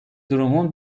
durumun